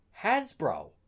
Hasbro